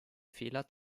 fehler